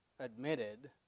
Admitted